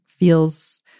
feels